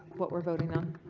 what we're voting on.